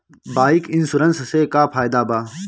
Bike insurance से का फायदा बा?